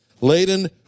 laden